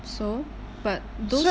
so but those